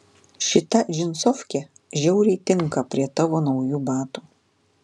šita džinsofkė žiauriai tinka prie tavo naujų batų